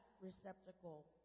receptacle